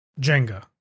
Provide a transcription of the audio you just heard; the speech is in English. Jenga